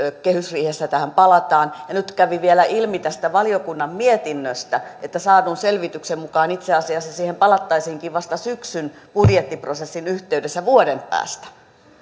kehysriihessä tähän palataan ja nyt kävi vielä ilmi tästä valiokunnan mietinnöstä että saadun selvityksen mukaan itse asiassa siihen palattaisiinkin vasta syksyn budjettiprosessin yhteydessä vuoden päästä